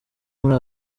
muri